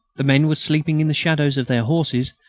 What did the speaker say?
the men were sleeping in the shadows of their horses,